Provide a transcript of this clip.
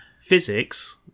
physics